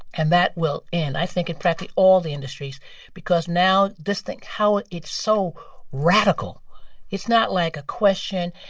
and that will end, i think, in practically all the industries because now this thing, how it's so radical it's not like a question.